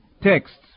texts